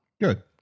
Good